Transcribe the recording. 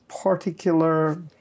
particular